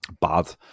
bad